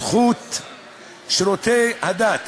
זכות שירותי הדת,